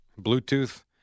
Bluetooth